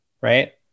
Right